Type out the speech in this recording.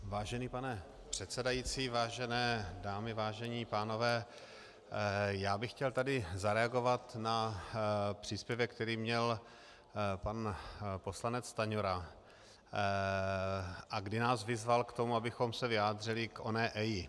Vážený pane předsedající, vážené dámy, vážení pánové, já bych chtěl zareagovat na příspěvek, který měl pan poslanec Stanjura a kdy nás vyzval k tomu, abychom se vyjádřili k EIA.